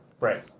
Right